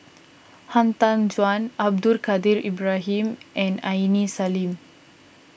Han Tan Juan Abdul Kadir Ibrahim and Aini Salim